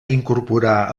incorporar